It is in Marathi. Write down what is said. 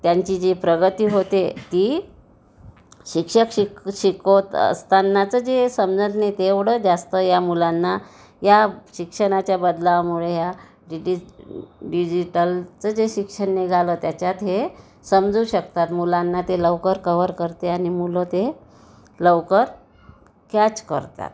त्यांची जी प्रगती होते ती शिक्षक शिक शिकवत असतानाचं जे समजत नाही तेवढं जास्त या मुलांना या शिक्षणाच्या बदलामुळे या डीजि डिजिटलचं जे शिक्षण निघालं त्याच्यात हे समजू शकतात मुलांना ते लवकर कवर करते आणि आणि मुलं ते लवकर कॅच करतात